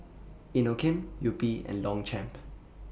Inokim Yupi and Longchamp